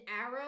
arrow